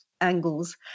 angles